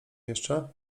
jeszcze